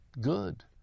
good